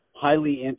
highly